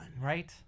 right